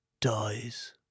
dies